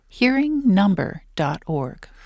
hearingnumber.org